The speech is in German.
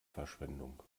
verschwendung